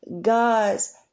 God's